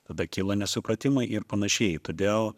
tada kyla nesusipratimai ir panašiai todėl